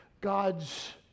God's